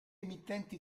emittenti